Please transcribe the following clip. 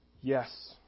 Yes